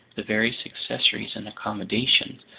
the various accessories and accommodations,